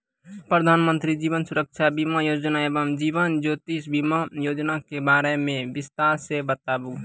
प्रधान मंत्री जीवन सुरक्षा बीमा योजना एवं जीवन ज्योति बीमा योजना के बारे मे बिसतार से बताबू?